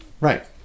Right